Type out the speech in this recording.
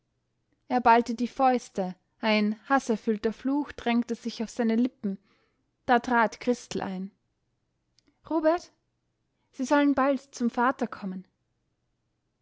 er ballte die fäuste ein haßerfüllter fluch drängte sich auf seine lippen da trat christel ein robert sie sollen bald zum vater kommen